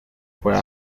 fue